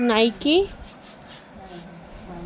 niki